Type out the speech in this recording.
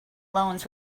loans